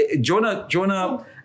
Jonah